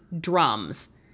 drums